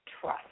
trust